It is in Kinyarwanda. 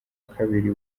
kabiri